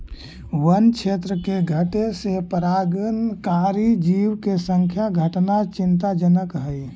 वन्य क्षेत्र के घटे से परागणकारी जीव के संख्या घटना चिंताजनक हइ